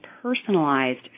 personalized